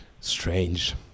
Strange